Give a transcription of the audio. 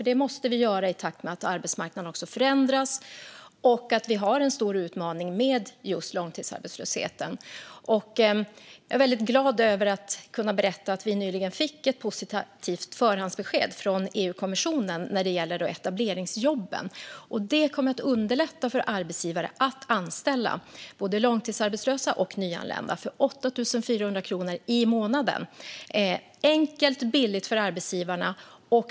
Det måste vi göra i takt med att arbetsmarknaden förändras och i och med att vi har en stor utmaning med långtidsarbetslösheten. Jag är väldigt glad över att kunna berätta att vi nyligen fick ett positivt förhandsbesked från EU-kommissionen gällande etableringsjobben. Det kommer att underlätta för arbetsgivare att anställa långtidsarbetslösa och nyanlända för 8 400 kronor i månaden. Det är enkelt och billigt för arbetsgivarna.